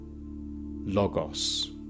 Logos